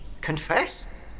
Confess